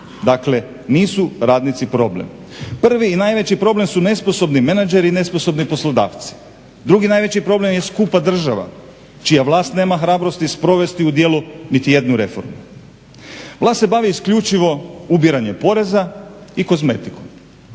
dakle, nisu radnici problem. Prvi i najveći problem su nesposobni menadžeri i nesposobni poslodavci, drugi najveći problem je skupa država čija vlast nema hrabrosti sprovesti u djelo niti jednu reformu. Vlast se bavi isključivo ubiranjem poreza i kozmetikom,